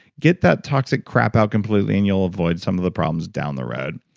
get that toxic crap out completely and you'll avoid some of the problems down the road.